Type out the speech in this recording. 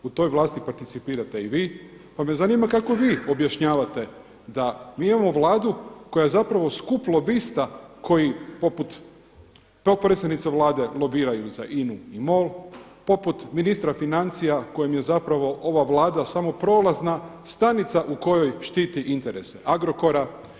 U toj vlasti participirate i vi, pa me zanima kako vi objašnjavate da mi imamo Vladu koja zapravo skup lobista koji poput potpredsjednice Vlade lobiraju za INA-u i MOL, poput ministra financija kojem je zapravo ova Vlada samo prolazna stanica u kojoj štititi interese Agrokora.